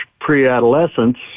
pre-adolescence